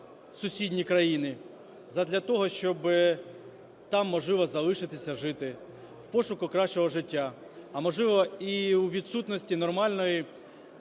сусідні країни, задля того щоби там, можливо, залишитися жити, в пошуках кращого життя, а можливо, і у відсутності нормальної,